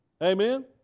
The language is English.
Amen